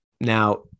Now